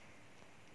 ah